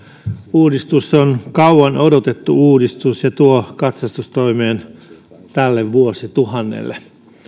uudistus on kauan odotettu uudistus ja tuo katsastustoimen tälle vuosituhannelle